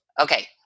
Okay